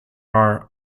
are